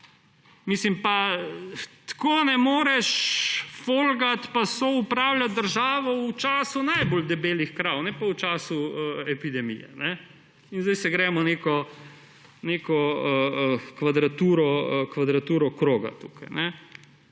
resorju. Tako ne moreš folgati pa soupravljati države v času najbolj debelih krav, kaj šele v času epidemije. In zdaj se gremo neko kvadraturo kroga tukaj.